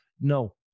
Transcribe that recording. no